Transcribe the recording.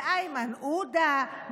מאיימן עודה,